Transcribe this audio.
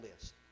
list